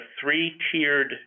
three-tiered